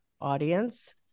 audience